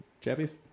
Chappies